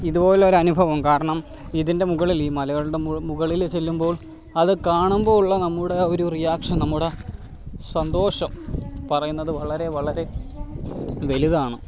ഇത്പോലെ ഒരു അനുഭവം കാരണം ഇതിന്റെ മുകളിൽ ഈ മലകളുടെ മുകളിൽ ചെല്ലുമ്പോള് അത് കാണുമ്പോൾ ഉള്ള നമ്മുടെ ഒരു റിയാക്ഷന് നമ്മുടെ സന്തോഷം പറയുന്നത് വളരെ വളരെ വലുതാണ്